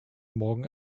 morgen